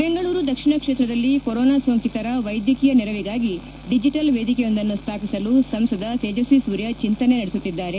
ಬೆಂಗಳೂರು ದಕ್ಷಿಣ ಕ್ಷೇತ್ರದಲ್ಲಿ ಕೋರೋನಾ ಸೋಂಕಿತರ ವೈದ್ಯಕೀಯ ನೆರವಿಗಾಗಿ ಡಿಜೆಟಲ್ ವೇದಿಕೆಯೊಂದನ್ನು ಸ್ಮಾಪಿಸಲು ಸಂಸದ ತೇಜಸ್ವಿ ಸೂರ್ಯ ಚಿಂತನೆ ನಡೆಸುತ್ತಿದ್ದಾರೆ